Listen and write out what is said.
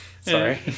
Sorry